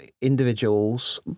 individuals